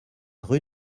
rue